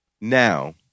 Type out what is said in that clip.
Now